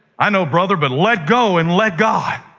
i know, brother, but let go and let god.